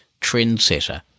trendsetter